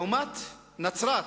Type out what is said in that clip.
לעומת זאת נצרת,